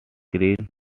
screenwriter